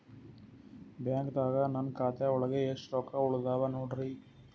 ಬ್ಯಾಂಕ್ದಾಗ ನನ್ ಖಾತೆ ಒಳಗೆ ಎಷ್ಟ್ ರೊಕ್ಕ ಉಳದಾವ ನೋಡ್ರಿ?